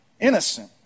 innocent